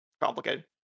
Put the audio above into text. complicated